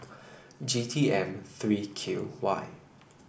G T M three Q Y